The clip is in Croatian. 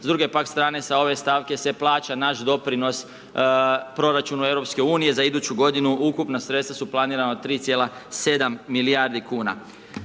s druge pak strane s ove stavke se plaća naš doprinos proračuna EU, za iduću godinu, ukupna sredstva su planirana od 3,7 milijardi kn.